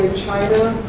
china.